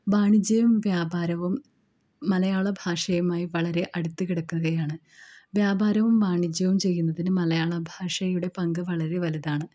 വാണിജ്യവും വ്യാപാരവും മലയാള ഭാഷയുമായി വളരെ അടുത്ത് കിടക്കുകയാണ് വ്യാപാരവും വാണിജ്യവും ചെയ്യുന്നതിന് മലയാള ഭാഷയുടെ പങ്ക് വളരെ വലുതാണ്